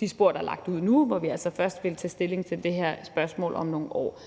de spor, der er lagt ud nu, hvor vi altså først skal tage stilling til det her spørgsmål om nogle år.